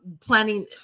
planning